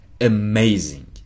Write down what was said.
amazing